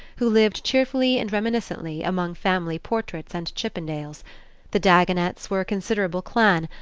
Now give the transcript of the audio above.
who lived cheerfully and reminiscently among family portraits and chippendale the dagonets were a considerable clan,